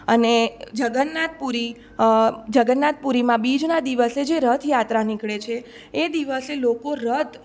અને જગન્નાથપુરી જગન્નાથપુરીમાં બીજના દિવસે જે રથયાત્રા નીકળે છે એ દિવસે લોકો રથ